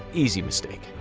easy mistake.